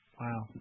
Wow